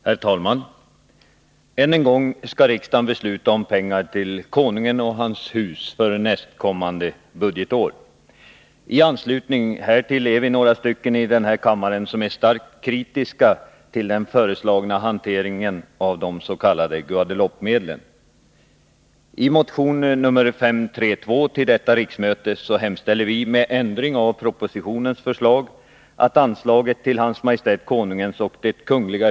Herr talman! Än en gång skall riksdagen besluta om pengar till Konungen och hans hus för nästkommande budgetår. I anslutning härtill är vi några stycken i denna kammare som är starkt kritiska till den föreslagna hanteringen av de s.k. Guadeloupemedlen. I motion nr 532 till detta riksmöte hemställer vi att riksdagen — med ändring av propositionens förslag — skall besluta att anslaget till Hans Maj:t Konungens och det Kungl.